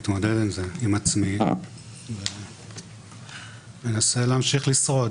מתמודד עם זה עם עצמי ומנסה להמשיך לשרוד.